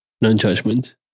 non-judgment